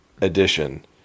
edition